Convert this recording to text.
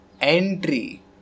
Entry